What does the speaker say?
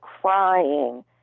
crying